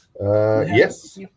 Yes